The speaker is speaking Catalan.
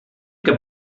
que